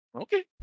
Okay